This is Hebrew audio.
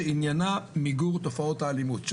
שעניינה מיגור תופעות האלימות.